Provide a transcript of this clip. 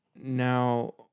now